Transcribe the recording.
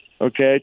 okay